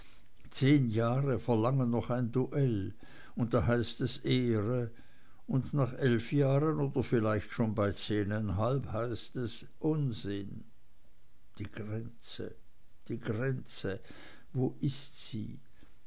zehn jahre verlangen noch ein duell und da heißt es ehre und nach elf jahren oder vielleicht schon bei zehnundeinhalb heißt es unsinn die grenze die grenze wo ist sie